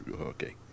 Okay